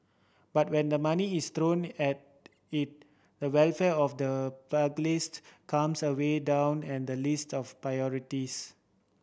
but when the money is thrown at it the welfare of the pugilist comes a way down and the list of priorities